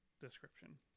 Description